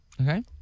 Okay